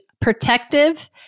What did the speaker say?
protective